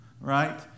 right